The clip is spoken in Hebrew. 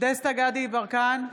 דסטה גדי יברקן,